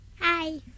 Hi